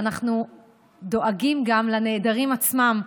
ואנחנו דואגים גם לנעדרים עצמם,